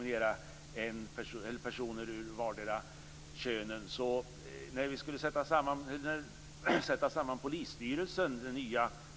Men t.ex. när vi skulle sätta samman den nya polisstyrelsen